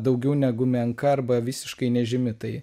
daugiau negu menka arba visiškai nežymi tai